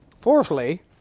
Fourthly